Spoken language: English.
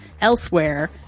elsewhere